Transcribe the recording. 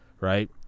right